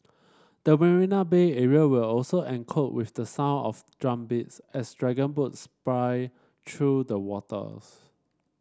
the Marina Bay area will also echo with the sound of drumbeats as dragon boats splice through the waters